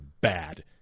bad